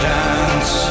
dance